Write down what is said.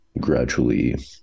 gradually